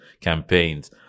campaigns